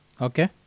Okay